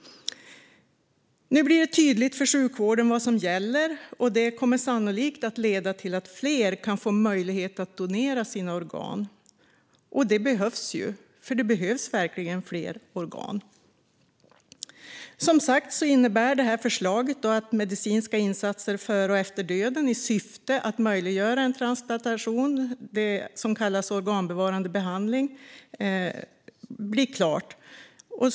Nu blir det tydligt för sjukvården vad som gäller. Det kommer sannolikt att leda till att fler kan få möjlighet att donera sina organ, vilket är bra, för det behövs verkligen fler organ. Som sagt handlar förslaget bland annat om medicinska insatser före och efter döden i syfte att möjliggöra transplantation, så kallad organbevarande behandling.